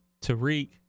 Tariq